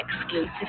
exclusive